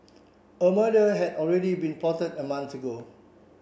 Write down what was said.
a murder had already been plotted a month ago